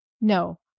No